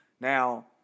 Now